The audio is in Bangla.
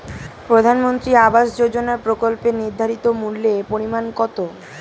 প্রধানমন্ত্রী আবাস যোজনার প্রকল্পের নির্ধারিত মূল্যে পরিমাণ কত?